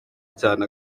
cyane